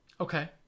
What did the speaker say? okay